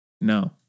No